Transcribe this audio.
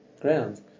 ground